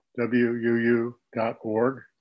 wuu.org